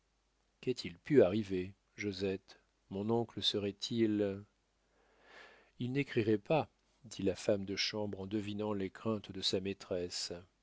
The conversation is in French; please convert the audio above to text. qu'a-t-il pu arriver josette mon oncle serait-il il n'écrirait pas dit la femme de chambre en devinant les craintes de sa maîtresse